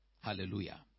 Hallelujah